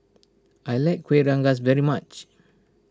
I like Kueh Rengas very much